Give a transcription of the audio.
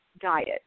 diet